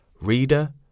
Reader